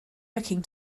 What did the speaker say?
looking